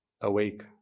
awake